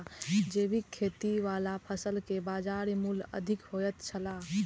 जैविक खेती वाला फसल के बाजार मूल्य अधिक होयत छला